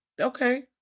Okay